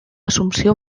assumpció